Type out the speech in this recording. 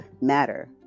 matter